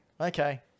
Okay